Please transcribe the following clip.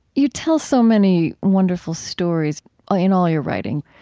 you tell so many wonderful stories ah in all your writing.